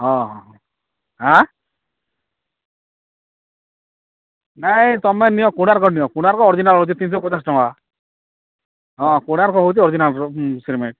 ହଁ ହଁ ହଁ ହାଁ ନାଇଁ ତମେ ନିଅ କୋଣାର୍କ ନିଅ କୋଣାର୍କ ଅର୍ଜିନାଲ୍ ଅଛି ତିନିଶହ ପଚାଶ ଟଙ୍କା ହଁ କୋଣାର୍କ ହୋଉଛି ଅର୍ଜିନାଲ୍ ସିମେଣ୍ଟ